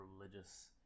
religious